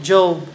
Job